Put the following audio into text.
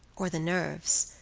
or the nerves,